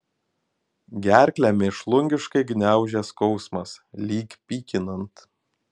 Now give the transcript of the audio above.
gerklę mėšlungiškai gniaužė skausmas lyg pykinant